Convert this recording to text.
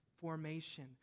formation